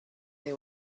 they